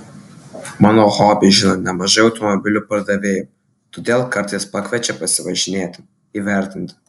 mano hobį žino nemažai automobilių pardavėjų todėl kartais pakviečia pasivažinėti įvertinti